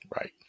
Right